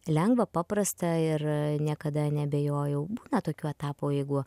lengva paprasta ir niekada neabejojau būna tokių etapų jeigu